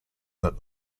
that